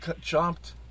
chopped